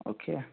okay